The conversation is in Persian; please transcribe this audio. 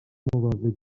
مواظبی